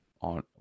On